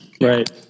Right